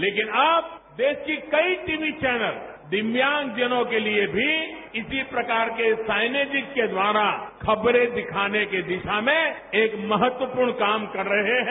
लेकिन अब देश के कई टीवी चौनल भी दिव्यांगजनों के लिए भी इसी प्रकार के साइनेचिज के द्वारा खबरें दिखाने की दिशा में एक महत्वपूर्ण काम कर रहे हैं